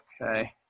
Okay